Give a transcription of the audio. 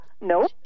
No